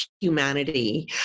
humanity